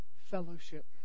Fellowship